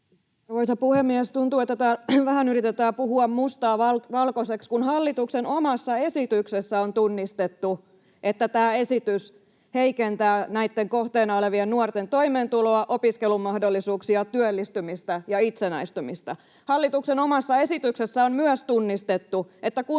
Tuntuu, että täällä vähän yritetään puhua mustaa valkoiseksi, kun hallituksen omassa esityksessä on tunnistettu, että tämä esitys heikentää näitten kohteena olevien nuorten toimeentuloa, opiskelumahdollisuuksia, työllistymistä ja itsenäistymistä. Hallituksen omassa esityksessä on myös tunnistettu, että kuntoutusraha on